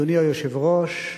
אדוני היושב-ראש,